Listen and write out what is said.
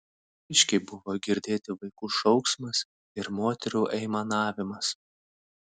aiškiai buvo girdėti vaikų šauksmas ir moterų aimanavimas